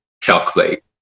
calculate